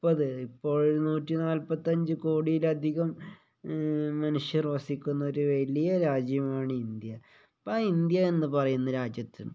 മുപ്പത് ഇപ്പോൾ നൂറ്റി നാൽപത്തി അഞ്ച് കോടിയിലധികം മനുഷ്യർ വസിക്കുന്ന ഒരു വലിയ രാജ്യമാണ് ഇന്ത്യ അപ്പം ഇന്ത്യ എന്ന് പറയുന്ന രാജ്യത്ത്